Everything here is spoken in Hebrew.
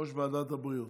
יושבת-ראש ועדת הבריאות.